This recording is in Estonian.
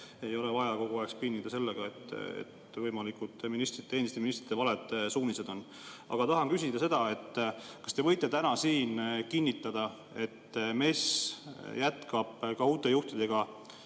Ei ole vaja kogu aeg spinnida sellega, et on ehk endiste ministrite valed suunised. Aga ma tahan küsida seda: kas te võite täna siin kinnitada, et MES jätkab ka uute juhtidega